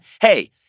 Hey